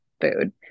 food